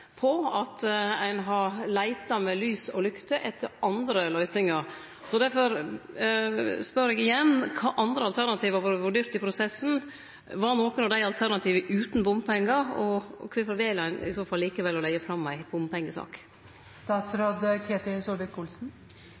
på at ein har leita med lys og lykt etter andre løysingar. Difor spør eg igjen: Kva andre alternativ har vore vurderte i prosessen? Var nokre av dei alternativa utan bompengar, og kvifor vel ein i så fall likevel å leggje fram ei